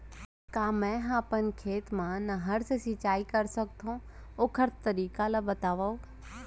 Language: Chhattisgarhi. का मै ह अपन खेत मा नहर से सिंचाई कर सकथो, ओखर तरीका ला बतावव?